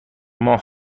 ماه